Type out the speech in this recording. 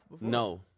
No